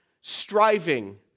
striving